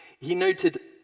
he noted,